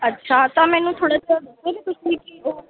ਅੱਛਾ ਤਾਂ ਮੈਨੂੰ ਥੋੜ੍ਹਾ ਜਿਹਾ ਦਸੋਗੇ ਤੁਸੀਂ ਕਿ ਉਹ